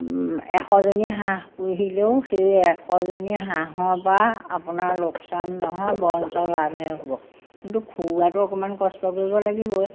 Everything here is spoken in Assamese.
এশজনী হাঁহ পুহিলেও সেই এশজনী হাঁহৰপৰা আপোনাৰ লোকচান নহয় বৰঞ্চ লাভে হ'ব কিন্তু খুওৱাটো অকণমান কষ্ট কৰিব লাগিবই